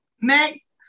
next